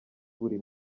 buri